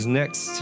next